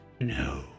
No